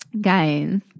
Guys